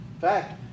fact